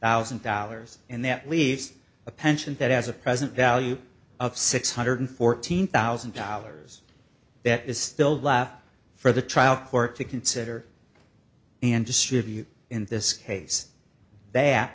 thousand dollars and that leaves a pension that has a present value of six hundred fourteen thousand dollars that is still left for the trial court to consider and distribute in this case that